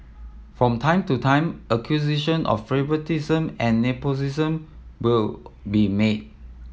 from time to time accusation of favouritism and nepotism will be made